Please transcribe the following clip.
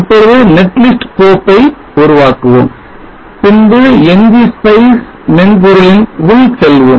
இப்பொழுது netlist கோப்பை உருவாக்குவோம் பின்பு Ngspice மென்பொருளின் உள் செல்வோம்